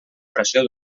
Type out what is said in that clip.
pressió